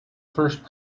first